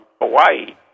Hawaii